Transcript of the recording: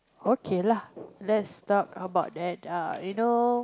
okay lah let's talk about that you know